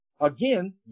Again